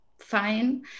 fine